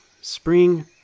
Spring